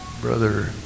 Brother